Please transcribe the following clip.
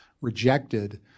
rejected